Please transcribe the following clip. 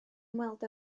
ymweld